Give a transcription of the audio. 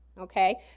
Okay